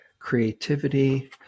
creativity